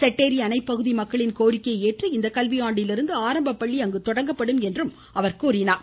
செட்டேரி அணை பகுதி மக்களின் கோரிக்கையை ஏற்று இந்த கல்வியாண்டிலிருந்து ஆரம்ப பள்ளி தொடங்கப்படும் என்றும் அவர் தெரிவித்தார்